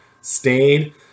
stayed